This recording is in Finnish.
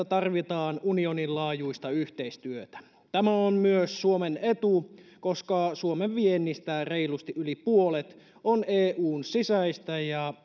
tarvitaan unionin laajuista yhteistyötä tämä on myös suomen etu koska suomen viennistä reilusti yli puolet on eun sisäistä ja